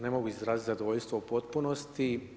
Ne mogu izraziti zadovoljstvo u potpunosti.